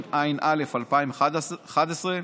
התשע"א 2011,